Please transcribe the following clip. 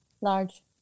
Large